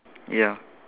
ya